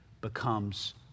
becomes